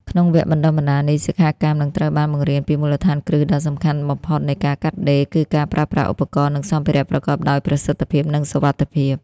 ក្នុងវគ្គបណ្តុះបណ្តាលនេះ សិក្ខាកាមនឹងត្រូវបានបង្រៀនពីមូលដ្ឋានគ្រឹះដ៏សំខាន់បំផុតនៃការកាត់ដេរ គឺការប្រើប្រាស់ឧបករណ៍ និងសម្ភារៈប្រកបដោយប្រសិទ្ធភាព និងសុវត្ថិភាព។